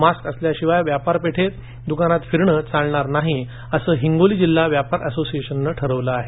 mask असल्याशिवाय व्यापारपेठेत द्कानात फिरणे चालणार नाही असं हिंगोली जिल्हा व्यापारी असोसिएशननं ठरवलं आहे